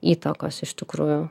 įtakos iš tikrųjų